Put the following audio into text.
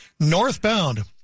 northbound